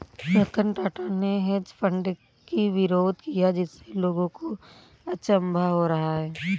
रतन टाटा ने hedge fund की विरोध किया जिससे लोगों को अचंभा हो रहा है